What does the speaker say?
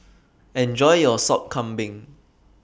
Enjoy your Sop Kambing